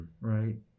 right